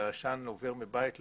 שהעשן עובר מבית לבית,